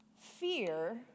fear